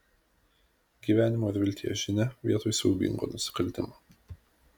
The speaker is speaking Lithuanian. gyvenimo ir vilties žinią vietoj siaubingo nusikaltimo